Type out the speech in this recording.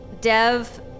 Dev